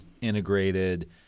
integrated